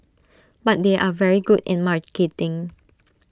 but they are very good in marketing